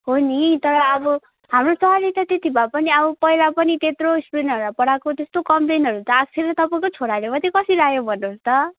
हो नि तर अब हाम्रो सरले त त्यति भए पनि अब पहिला पनि त्यत्रो स्टुडेन्टहरूलाई पढाएको त्यस्तो कम्प्लेनहरू त आएको छैन तपाईँको छोराले मात्रै कसरी आयो भन्नुहोस् त